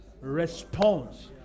response